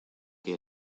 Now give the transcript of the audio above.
que